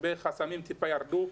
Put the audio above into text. חסמים טיפה ירדו.